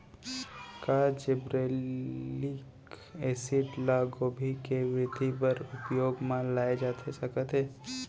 का gibberellic acid ल गोभी के वृद्धि बर उपयोग म लाये जाथे सकत हे?